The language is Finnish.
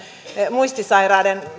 muistisairaiden